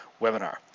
webinar